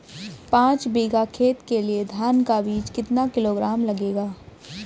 पाँच बीघा खेत के लिये धान का बीज कितना किलोग्राम लगेगा?